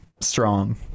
strong